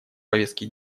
повестки